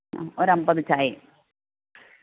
ആ ഒരമ്പത് ചായയും